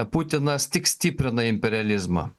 putinas tik stiprina imperializmą